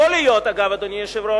יכול להיות, אגב, אדוני היושב-ראש,